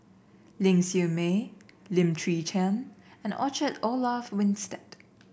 Ling Siew May Lim Chwee Chian and Orchard Olaf Winstedt